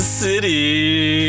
city